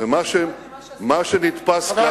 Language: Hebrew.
מה שעשית לרבין כיושב-ראש האופוזיציה,